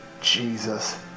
Jesus